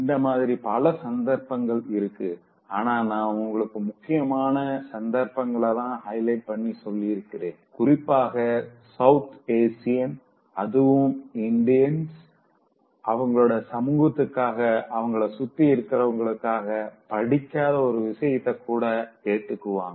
இந்த மாதிரி பல சந்தர்ப்பங்கள் இருக்கு ஆனா நா உங்களுக்கு முக்கியமான சந்தர்ப்பங்களதா ஹைலைட் பண்ணி சொல்லிருக்கேன் குறிப்பாக சவுத் ஏசியன் அதுவும் இந்தியன்ஸ் அவங்களோட சமூகத்துக்காக அவங்கள சுத்தி இருக்கவங்களுக்காக புடிக்காத ஒரு விஷயத்த கூட ஏத்துக்குவாங்க